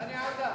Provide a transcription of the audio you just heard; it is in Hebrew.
דני עטר.